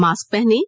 mask पहनें